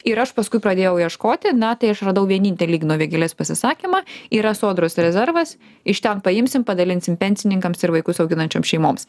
ir aš paskui pradėjau ieškoti na tai aš radau vienintelį igno vėgėlės pasisakymą yra sodros rezervas iš ten paimsim padalinsim pensininkams ir vaikus auginančiom šeimoms